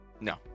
No